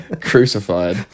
Crucified